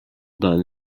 done